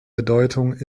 bedeutung